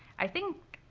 i think,